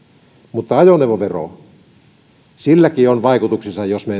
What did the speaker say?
mutta ajoneuvovero silläkin on vaikutuksensa jos me